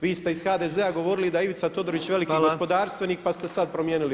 Vi ste iz HDZ-a govorili da je Ivica Todorić veliki gospodarstvenik, pa ste sada promijenili priču.